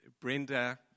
Brenda